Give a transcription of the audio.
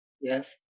Yes